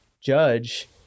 judge